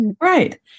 Right